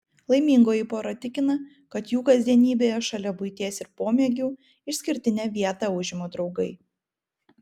laimingoji pora tikina kad jų kasdienybėje šalia buities ir pomėgių išskirtinę vietą užima draugai